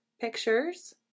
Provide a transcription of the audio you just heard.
pictures